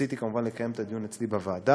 כשרציתי כמובן לקיים את הדיון אצלי בוועדה,